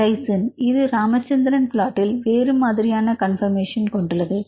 glycine இது ராமச்சந்திரன் பிளாட்டில் வேறு மாதிரியான கன்பர்மேஷன் கொண்டுள்ளது